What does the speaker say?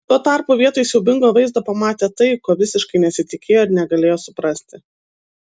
tuo tarpu vietoj siaubingo vaizdo pamatė tai ko visiškai nesitikėjo ir negalėjo suprasti